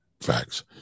Facts